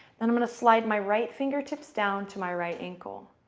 then i'm going to slide my right fingertips down to my right ankle.